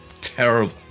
terrible